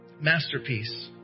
Masterpiece